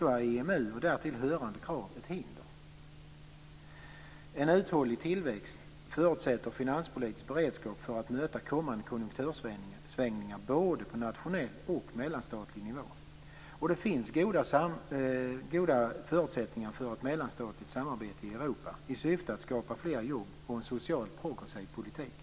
är EMU och därtill hörande krav ett hinder. En uthållig tillväxt förutsätter finanspolitisk beredskap för att möta kommande konjunktursvängningar både på nationell och på mellanstatlig nivå. Det finns goda förutsättningar för ett mellanstatligt samarbete i Europa i syfte att skapa fler jobb och en socialt progressiv politik.